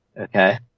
Okay